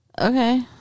Okay